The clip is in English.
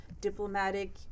diplomatic